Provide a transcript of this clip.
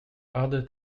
other